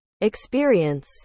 experience